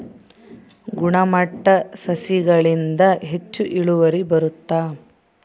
ಗುಣಮಟ್ಟ ಸಸಿಗಳಿಂದ ಹೆಚ್ಚು ಇಳುವರಿ ಬರುತ್ತಾ?